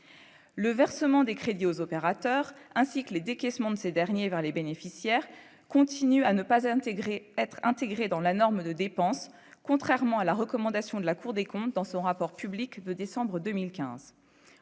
le versement des crédits aux opérateurs ainsi que les décaissements de ces derniers vers les bénéficiaires continuent à ne pas intégrer être intégrés dans la norme de dépenses, contrairement à la recommandation de la Cour des comptes dans son rapport public de décembre 2015